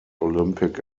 olympic